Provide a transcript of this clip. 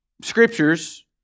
scriptures